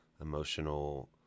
emotional